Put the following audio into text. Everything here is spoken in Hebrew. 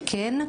על כן,